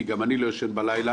כי גם אני לא ישן בלילה,